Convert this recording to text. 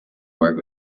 work